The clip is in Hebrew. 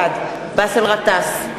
בעד באסל גטאס,